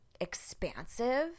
expansive